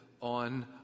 on